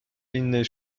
innej